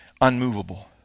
unmovable